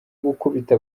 gukubita